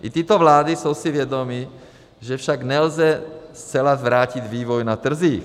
I tyto vlády jsou si vědomy, že však nelze zcela zvrátit vývoj na trzích.